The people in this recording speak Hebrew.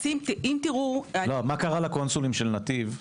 מה קרה לקונסולים של נתיב?